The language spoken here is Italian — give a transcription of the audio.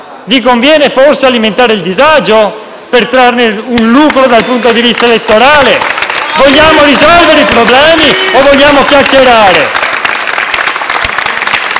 Vi conviene forse alimentare il disagio per trarne un lucro dal punto vista elettorale? Vogliamo risolvere i problemi o vogliamo chiacchierare?